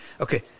Okay